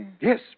Yes